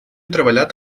treballat